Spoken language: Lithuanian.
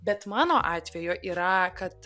bet mano atveju yra kad